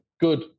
good